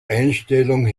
einstellung